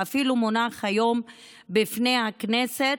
אפילו זה שמונח היום בפני הכנסת,